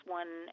one